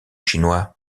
chinois